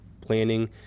planning